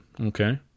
Okay